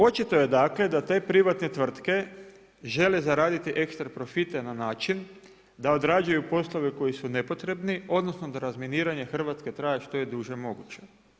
Očito je dakle da te privatne tvrtke žele zaraditi ekstra profite na način da odrađuju poslove koji su nepotrebni, odnosno da razminiranje Hrvatske traje što je duže moguće.